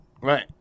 Right